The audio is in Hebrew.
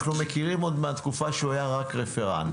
אנחנו מכירים עוד מהתקופה שהוא היה רק רפרנט.